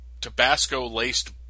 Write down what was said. Tabasco-laced